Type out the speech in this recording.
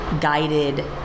guided